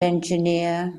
engineer